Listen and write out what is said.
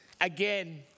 again